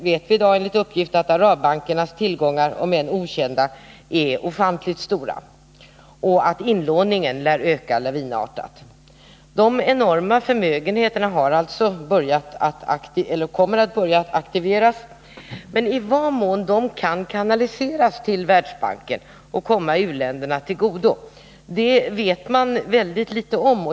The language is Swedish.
Vi vet också att arabbankernas tillgångar, om än okända, är ofantligt stora och att inlåningen lär öka lavinartat. De enorma förmögenheterna kommer alltså att börja aktiveras, men i vad mån de kan kanaliseras till Världsbanken och komma u-länderna till godo vet man väldigt litet om.